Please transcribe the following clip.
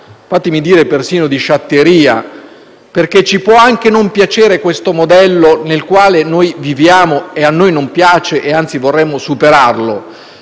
dire) persino di sciatteria. Infatti, può anche non piacerci questo modello nel quale viviamo (a noi non piace e anzi vorremmo superarlo),